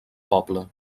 poble